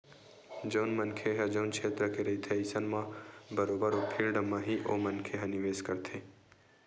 जउन मनखे ह जउन छेत्र के रहिथे अइसन म बरोबर ओ फील्ड म ही ओ मनखे ह निवेस करथे